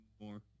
more